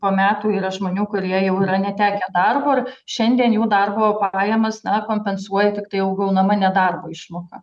po metų yra žmonių kurie jau yra netekę darbo ir šiandien jų darbo pajamas na kompensuoja tiktai jau gaunama nedarbo išmoka